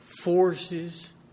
forces